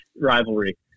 rivalry